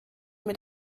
mit